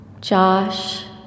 Josh